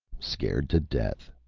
scared to death,